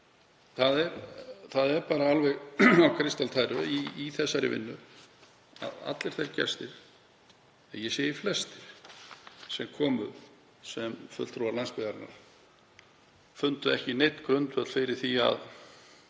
Það er alveg á kristaltæru í þessari vinnu að allir þeir gestir, eða ég segi flestir, sem komu sem fulltrúar landsbyggðarinnar fundu ekki neinn grundvöll fyrir því eða